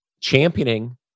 championing